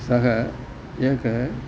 सः एकं